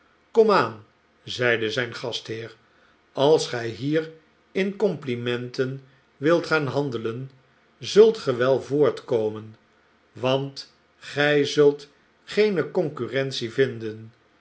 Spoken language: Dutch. komaan zeide zijn gastheer als gij hier in complimenten wilt gaan handelen zult ge wel voortkomen want gij zult geene concur rentie vinden